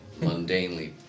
mundanely